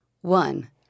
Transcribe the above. One